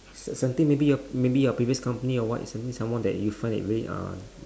s~ something maybe your maybe your previous company or what something someone that you find very uh